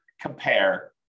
compare